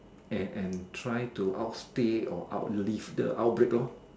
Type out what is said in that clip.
and and try to outstay or outlive the outbreak lor